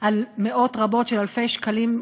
על מאות רבות של אלפי שקלים,